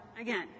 again